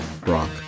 Brock